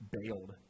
bailed